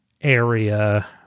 area